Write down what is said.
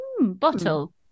Bottle